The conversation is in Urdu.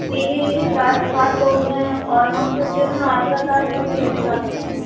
میرے ساتھ سات لوگ ہیں اور ہم سب جو ہے آگرہ تاج محل دیکھنا چاہتے ہیں